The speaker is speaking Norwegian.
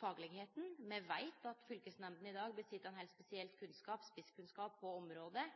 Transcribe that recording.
faglege. Me veit at fylkesnemndene i dag sit inne med ein heilt spesiell kunnskap, spisskunnskap, på området.